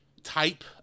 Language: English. Type